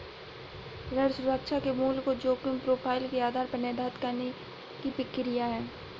ऋण सुरक्षा के मूल्य को जोखिम प्रोफ़ाइल के आधार पर निर्धारित करने की प्रक्रिया है